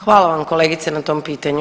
Hvala vam kolegice na tom pitanju.